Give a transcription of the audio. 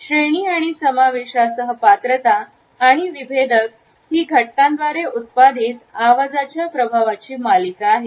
श्रेणी आणि समावेशासह पात्रता आणि विभेदक ही घटकांद्वारे उत्पादित आवाजाच्या प्रभावाची मालिका आहेत